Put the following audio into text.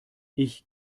ich